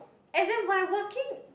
as in my working